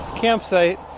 campsite